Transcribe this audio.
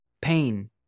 pain